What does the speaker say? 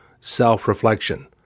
self-reflection